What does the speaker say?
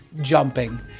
jumping